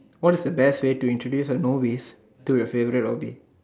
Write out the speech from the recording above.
what is the best way to introduce a novice to your favorite hobby